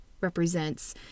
represents